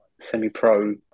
semi-pro